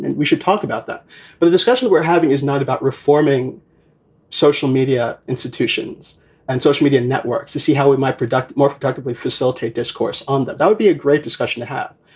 and we should talk about that. but the discussion we're having is not about reforming social media institutions and social media networks to see how it might productive more productively facilitate discourse on that. that would be a great discussion to have.